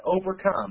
overcome